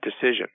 decision